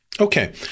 Okay